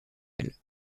elles